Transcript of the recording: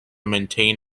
maintain